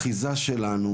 הזיתים,